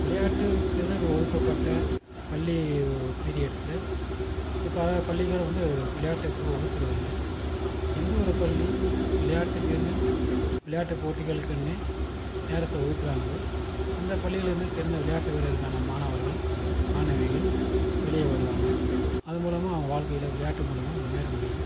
விளையாட்டுக்குன்னு ஒதுக்கப்பட்ட பள்ளி பீரியட்ஸ்ல செ பல பள்ளிகள் வந்து விளையாட்டுக்கு ஒதுக்கிறது இல்லை எந்தவொரு பள்ளி விளையாட்டுக்குன்னு விளையாட்டு போட்டிகளுக்குன்னே நேரத்தை ஒதுக்குறாங்களோ அந்த பள்ளியிலேந்து சிறந்த விளையாட்டு வீரருக்கான மாணவர்கள் மாணவிகள் வெளியே வருவாங்கள் அது மூலமாக அவங்க வாழ்க்கையில விளையாட்டு மூலமாக முன்னேற முடியும்